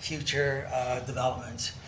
future development.